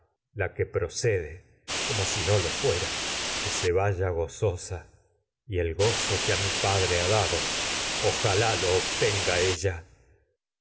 la que procede como si no lo fuera que se vaya gozosa y el gozo que a mi padre ha dado ojalá lo obtenga ella